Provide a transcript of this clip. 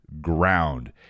ground